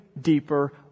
deeper